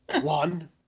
One